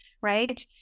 right